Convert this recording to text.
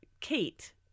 Kate